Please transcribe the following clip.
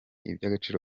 iby’agaciro